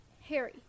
Harry